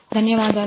ధన్యవాదాలు